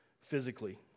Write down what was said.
Physically